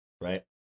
right